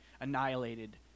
annihilated